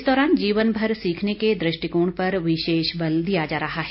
इस दौरान जीवनभर सीखने के दृष्टिकोण पर विशेष बल दिया जा रहा है